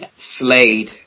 Slade